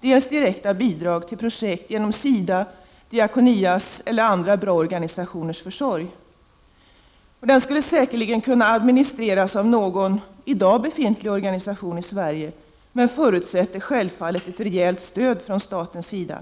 dels direkta bidrag till projekt genom SIDA:s, Diakonias eller andra bra organisationers försorg. Den skulle säkerligen kunna administreras av någon i dag befintlig organisation i Sverige, men det förutsätter självfallet ett rejält stöd från statens sida.